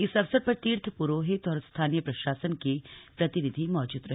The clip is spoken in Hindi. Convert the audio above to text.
इस अवसर पर तीर्थ प्रोहित और स्थानीय प्रशासन के प्रतिनिधि मौजूद रहे